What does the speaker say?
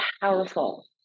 powerful